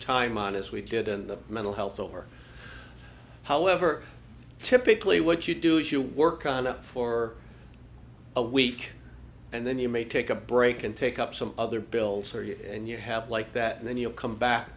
time on as we did in the mental health over however typically what you do is you work for a week and then you may take a break and pick up some other bills or you and you have like that and then you come back